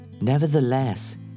Nevertheless